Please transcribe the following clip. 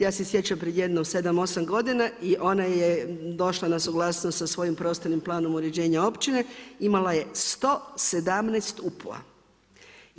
Ja se sjećam pred jedno 7, 8 godina i ona je došla na suglasnost sa svojim prostornim planom uređenja općine, imala je 117 UPU-a.